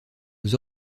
aux